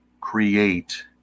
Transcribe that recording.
create